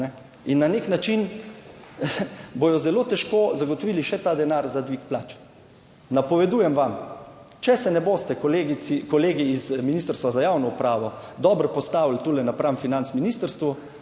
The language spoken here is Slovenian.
in na nek način bodo zelo težko zagotovili še ta denar za dvig plač. Napovedujem vam, če se ne boste, kolegice in kolegi z Ministrstva za javno upravo dobro postavili tule napram finančnemu ministrstvu,